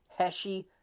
Heshi